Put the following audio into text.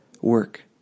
work